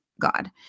God